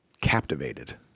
captivated